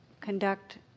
conduct